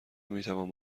میتوان